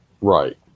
right